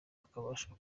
akabasha